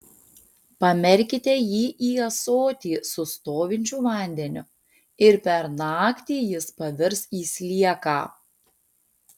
pamerkite jį į ąsotį su stovinčiu vandeniu ir per naktį jis pavirs į slieką